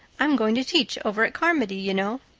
i'm going to teach over at carmody, you know.